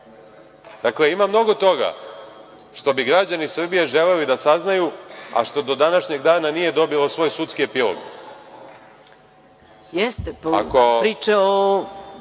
mesecu? Dakle, ima mnogo toga što bi građani Srbije želeli da saznaju, a što do današnjeg dana nije dobilo svoj sudski epilog.(Radoslav